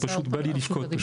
פשוט בא לי לבכות.